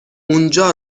اونجا